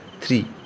Three